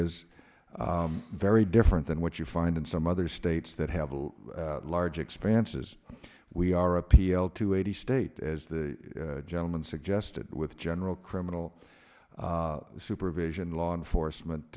is very different than what you find in some other states that have large expanses we are a p l two eighty state as the gentleman suggested with general criminal supervision law enforcement